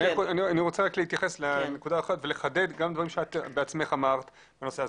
אני רוצה להתייחס לנקודה אחת ולחדד גם דברים שאת בעצמך אמרת בנושא הזה.